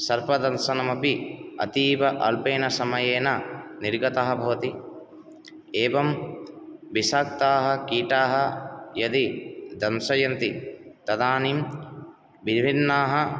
सर्पदंशनम् अपि अतीव अल्पेन समयेन निर्गतः भवति एवं विषाक्ताः कीटाः यदि दशयन्ति तदानीं विभिन्नाः